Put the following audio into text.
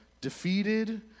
defeated